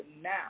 now